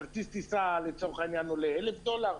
כרטיס טיסה עולה 1,000 דולר,